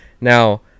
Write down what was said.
Now